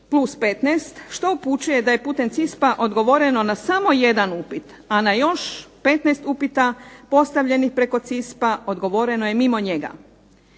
+15 što upućuje da je putem CISP-a odgovoreno na samo jedan upit, a na još 15 upita postavljenih preko CISP-a odgovoreno je mimo njega.